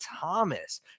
Thomas